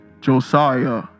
Josiah